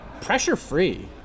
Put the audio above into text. pressure-free